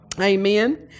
Amen